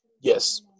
Yes